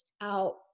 out